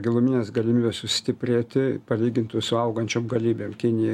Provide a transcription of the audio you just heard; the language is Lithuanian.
giluminės galimybės sustiprėti palygintų su augančiom galybėm kinija